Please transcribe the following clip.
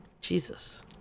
Jesus